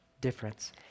difference